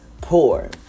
pour